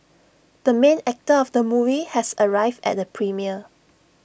the main actor of the movie has arrived at the premiere